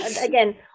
again